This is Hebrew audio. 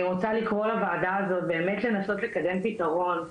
אני רוצה לקרוא לוועדה הזאת באמת לנסות לקדם פתרון.